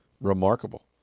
remarkable